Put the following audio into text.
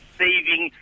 saving